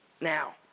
Now